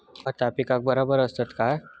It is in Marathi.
खता पिकाक बराबर आसत काय?